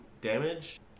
damage